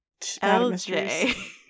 LJ